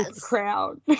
crowd